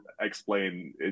explain